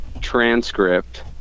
transcript